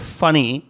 funny